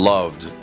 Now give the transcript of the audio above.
Loved